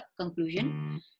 conclusion